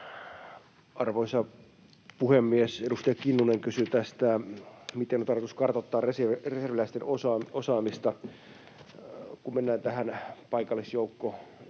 Arvoisa puhemies! Edustaja Kinnunen kysyi tästä, miten on tarkoitus kartoittaa reserviläisten osaamista, kun mennään tähän paikallisjoukkouudistukseen.